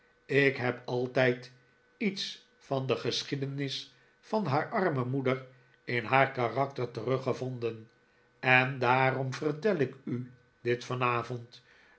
ik heb altijd iets van de geschiedenis van haar arme moeder in haar karakter teruggevonden en daarom vertel ik u dit vanavond